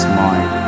mind